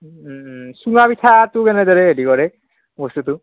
চুঙা পিঠাটো কেনেদৰে হেৰি কৰে বস্তুটো